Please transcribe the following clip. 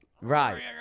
Right